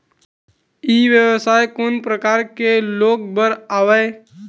ई व्यवसाय कोन प्रकार के लोग बर आवे?